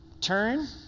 Turn